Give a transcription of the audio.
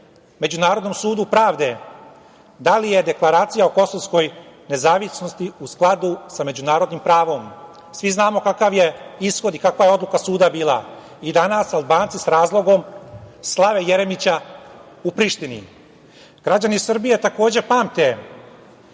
Međunarodnom sudu pravde, da li je deklaracija o kosovskoj nezavisnosti u skladu sa međunarodnim pravom. Svi znamo kakv je ishod i kakva je odluka suda bila, i danas Albanci s razlogom slave Jeremića u Prištini. Građani Srbije, takođe, pamte